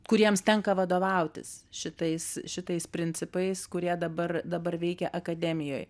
kuriems tenka vadovautis šitais šitais principais kurie dabar dabar veikia akademijoj